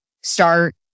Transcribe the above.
start